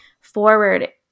forward